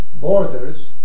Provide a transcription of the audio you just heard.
borders